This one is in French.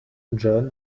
john